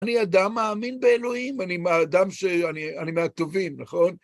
אני אדם מאמין באלוהים, אני אדם ש... אני מהטובים, נכון?